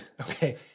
Okay